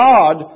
God